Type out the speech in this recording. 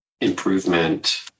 improvement